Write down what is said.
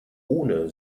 ohne